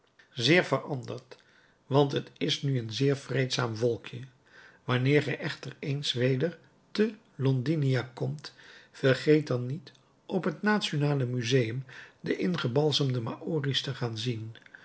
zeer veranderd want het is nu een zeer vreedzaam volkje wanneer gij echter eens weder te londinia komt vergeet dan niet op het nationaal museum de ingebalsemde maori's te gaan zien